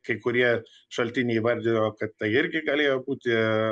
kai kurie šaltiniai įvardino kad tai irgi galėjo būti